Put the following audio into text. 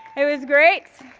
it was great,